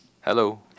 Hello